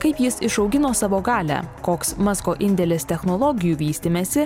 kaip jis išaugino savo galią koks masko indėlis technologijų vystymesi